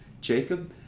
Jacob